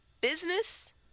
Business